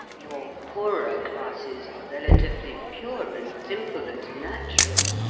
your poorer classes are relatively pure and simple and natural.